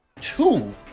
two